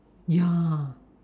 ya